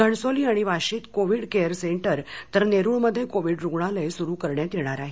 घणसोली आणि वाशीत Covid care centre तर नेरुळमध्ये कोविड रूग्णालय सुरू करण्यात येणार आहे